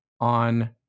on